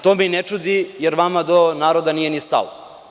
To me i ne čudi, jer vama do naroda nije ni stalo.